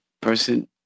person